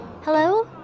Hello